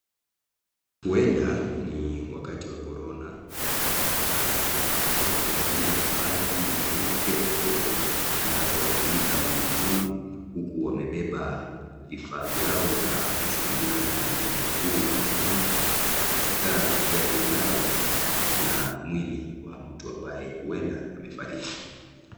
Huenda ni wakati wa Corona na madaktari hawa wamevalia mavazi meupe pepepe! Zinazowafunika mwili mzima huku wamebeba vifaa vyao za kushughulika na ugonjwa huu wa Corona. Na katika gari lao kuna mwili wa mtu ambayo huenda amefariki.